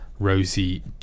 Rosie